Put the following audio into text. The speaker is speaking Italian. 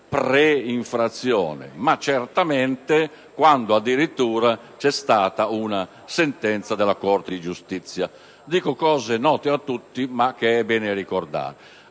preinfrazione, certamente quando addirittura vi sia stata una sentenza della Corte di giustizia. Dico cose note a tutti, ma che è bene ricordare: